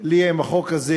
לי עם החוק הזה,